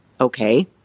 okay